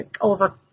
over